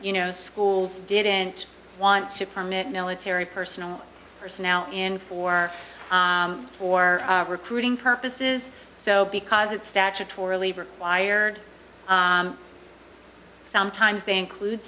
you know schools didn't want to permit military personnel personnel in for for recruiting purposes so because it statutorily required sometimes they include